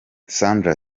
sandra